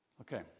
Okay